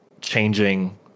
changing